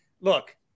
look